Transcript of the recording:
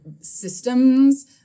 systems